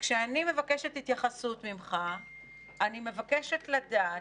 כשאני מבקשת התייחסות ממך אני מבקשת לדעת,